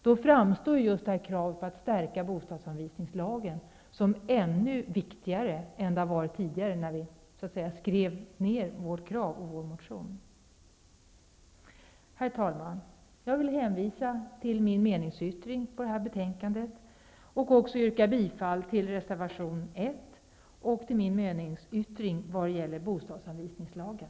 Därför framstår kravet på att förstärka bostadsanvisningslagen som ännu viktigare än tidigare, då vi avgav vår motion. Herr talman! Jag vill hänvisa till min meningsyttring som är fogad till detta betänkande. Jag yrkar också bifall till reservation 1 och till min meningsyttring i vad gäller bostadsanvisningslagen.